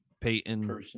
Peyton